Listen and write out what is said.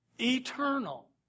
Eternal